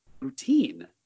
routine